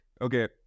Okay